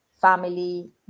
family